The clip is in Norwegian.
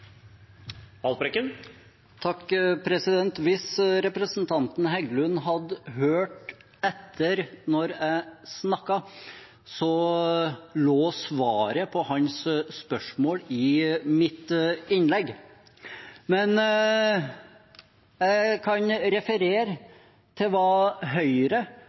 jeg snakket, lå svaret på hans spørsmål i mitt innlegg. Men jeg kan referere til hva Høyre